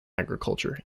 agriculture